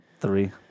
Three